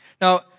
Now